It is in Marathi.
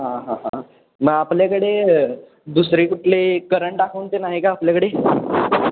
हां हां हां मग आपल्याकडे दुसरी कुठली करंट आकाउंट पण आहे का आपल्याकडे